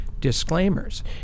disclaimers